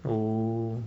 oh